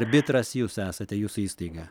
arbitras jūs esate jūsų įstaiga